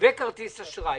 וכרטיס אשראי?